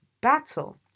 battle